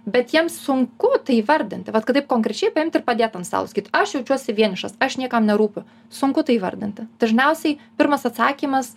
bet jiems sunku tai įvardinti vat kad taip konkrečiai paimt ir padėt ant stalo sakyt aš jaučiuosi vienišas aš niekam nerūpiu sunku tai įvardinti dažniausiai pirmas atsakymas